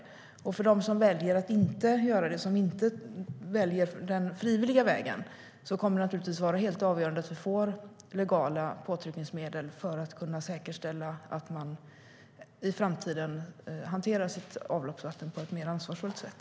Beträffande dem som väljer att inte göra det, som inte väljer den frivilliga vägen, kommer det naturligtvis att vara helt avgörande att vi får legala påtryckningsmedel för att kunna säkerställa att man i framtiden hanterar sitt avloppsvatten på ett mer ansvarsfullt sätt.